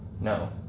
No